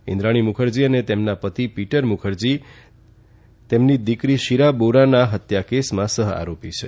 ઇન્દ્રાણી મુખર્જી અને તેમના પતિ પીટર મુખર્જી તેમની પુત્રી શીના બોરા હત્યા કેસમાં સહઆરોપી છે